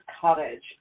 Cottage